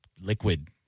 liquid